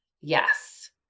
yes